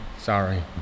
Sorry